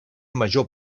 major